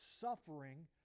suffering